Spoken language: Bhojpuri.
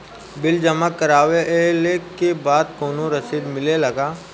बिल जमा करवले के बाद कौनो रसिद मिले ला का?